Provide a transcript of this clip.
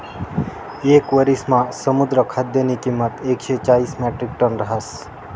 येक वरिसमा समुद्र खाद्यनी किंमत एकशे चाईस म्याट्रिकटन रहास